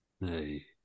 Hey